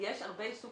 יש הרבה עיסוק